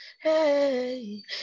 Hey